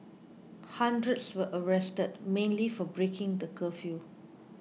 hundreds were arrested mainly for breaking the curfew